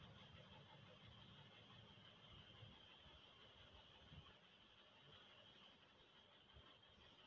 RTGS ద్వారా డబ్బుల్ని పెద్దమొత్తంలో మనం ఎవరికైనా సులువుగా పంపించవచ్చు